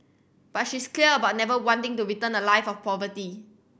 but she's clear about never wanting to return to a life of poverty